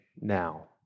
now